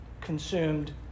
consumed